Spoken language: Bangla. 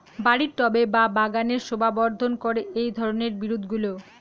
বাড়ির টবে বা বাগানের শোভাবর্ধন করে এই ধরণের বিরুৎগুলো